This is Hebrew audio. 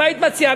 אם היית מציעה,